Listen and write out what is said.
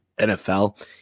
NFL